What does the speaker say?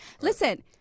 Listen